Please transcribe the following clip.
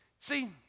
See